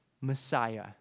Messiah